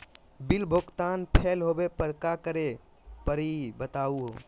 Bill भुगतान fail होवे पर का करै परही, बताहु हो?